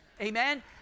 Amen